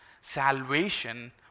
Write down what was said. Salvation